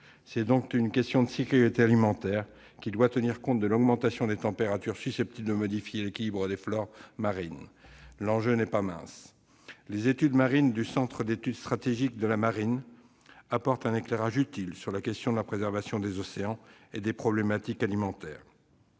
C'est donc une question de sécurité alimentaire. Nous devons également tenir compte de l'augmentation des températures, qui est susceptible de modifier l'équilibre des flores marines. L'enjeu n'est pas mince. Les études du Centre d'études stratégiques de la marine apportent un éclairage utile sur la question de la préservation des océans et des problématiques alimentaires.